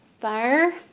Fire